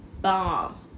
Bomb